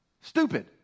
stupid